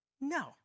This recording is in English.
No